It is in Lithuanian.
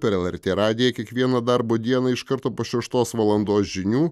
per lrt radiją kiekvieną darbo dieną iš karto po šeštos valandos žinių